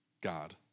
God